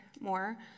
more